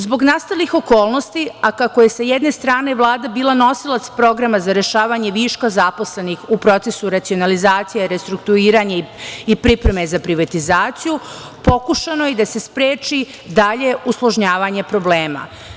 Zbog nastalih okolnosti, a kako je sa jedne strane Vlada bila nosilac programa za rešavanje viška zaposlenih u procesu racionalizacije, restrukturiranja i pripreme za privatizaciju, pokušano je da se spreči dalje usložnjavanje problema.